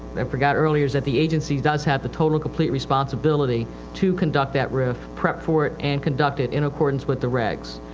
forgot earlier. is that the agency does have the total complete responsibility to conduct that rif prep for it and conduct it in accordance with the regis.